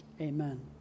Amen